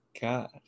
God